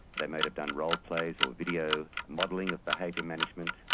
they may have done role plays or video modelling of behaviour management,